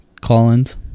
Collins